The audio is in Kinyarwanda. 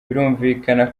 birumvikana